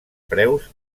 preus